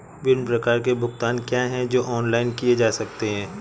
विभिन्न प्रकार के भुगतान क्या हैं जो ऑनलाइन किए जा सकते हैं?